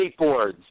skateboards